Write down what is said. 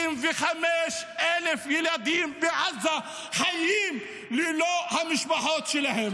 יותר מ- 25,000 ילדים בעזה חיים ללא המשפחות שלהם.